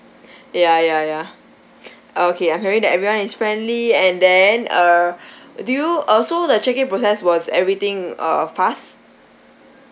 ya ya ya okay I'm hearing that everyone is friendly and then err do you also the check in process was everything uh fast